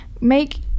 make